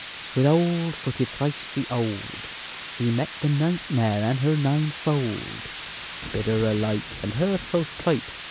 swithold footed thrice the old he met the nightmare, and her nine-fold bid her alight and her troth plight,